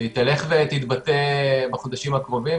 והיא תלך ותתבטא בחודשים הקרובים.